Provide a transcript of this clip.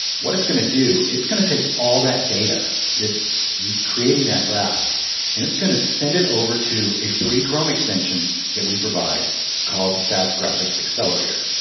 what it's going to do is it's going to take all that data that's creating that graph. and it's going to send it over to a free chrome extension that we provide called the sas graphics accelerator.